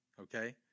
Okay